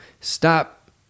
stop